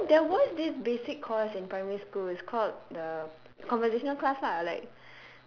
I think there was this basic course in primary school it's called the conversational class lah like